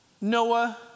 Noah